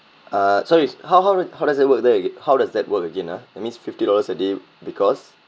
uh so it's how how it how does it work there aga~ how does that work again ah it means fifty dollars a day because